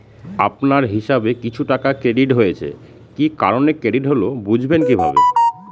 আপনার হিসাব এ কিছু টাকা ক্রেডিট হয়েছে কি কারণে ক্রেডিট হল বুঝবেন কিভাবে?